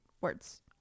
words